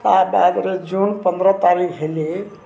ତା ବାଦ୍ରେ ଜୁନ୍ ପନ୍ଦର ତାରିଖ ହେଲେ